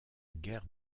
guerre